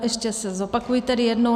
Ještě zopakuji tedy jednou.